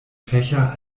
fächer